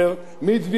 נתניהו.